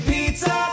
Pizza